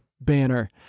banner